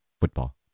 Football